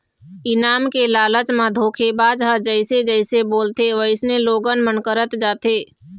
इनाम के लालच म धोखेबाज ह जइसे जइसे बोलथे वइसने लोगन मन करत जाथे